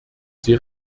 sie